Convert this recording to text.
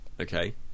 okay